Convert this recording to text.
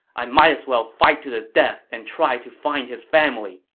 i might as well fight to the death and try to find his family!